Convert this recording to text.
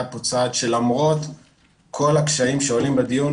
היה פה צעד שלמרות כל הקשיים שעולים בדיון,